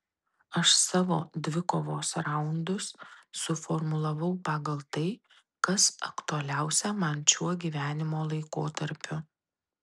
aš savo dvikovos raundus suformulavau pagal tai kas aktualiausia man šiuo gyvenimo laikotarpiu